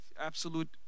absolute